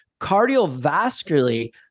cardiovascularly